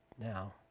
now